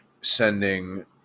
sending